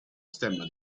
stemma